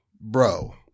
bro